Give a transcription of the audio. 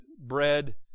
bread